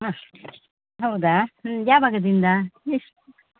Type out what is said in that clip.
ಹಾಂ ಹೌದಾ ಹ್ಞೂ ಯಾವಾಗಿಂದ ಎಷ್ಟು